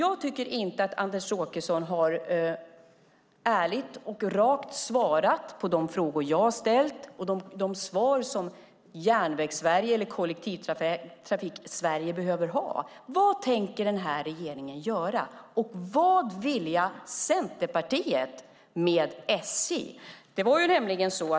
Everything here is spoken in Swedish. Anders Åkesson har inte svarat ärligt och rakt på de frågor jag har ställt och inte gett de svar som Järnvägssverige och Kollektivtrafiksverige behöver ha. Vad tänker regeringen göra? Och vad vill Centerpartiet med SJ?